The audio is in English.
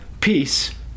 peace